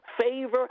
favor